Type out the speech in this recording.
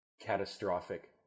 catastrophic